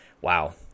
wow